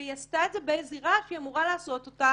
והיא עשתה את זה בזירה שהיא אמורה לעשות אותה,